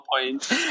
point